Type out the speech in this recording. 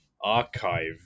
archive